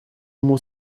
more